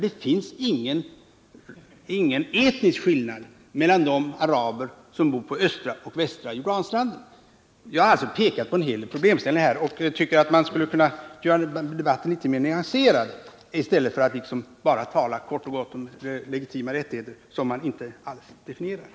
Det finns nämligen ingen etnisk skillnad mellan de araber som bor på östra och västra Jordanstranden. Jag har alltså pekat på en hel del problemställningar här, och jag tycker att man skulle kunna göra debatten litet mer nyanserad i stället för att bara kort och gott tala om legitima rättigheter som man inte alls definierar.